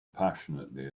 passionately